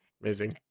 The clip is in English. Amazing